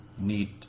need